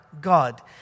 God